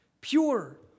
pure